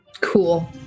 Cool